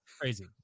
Crazy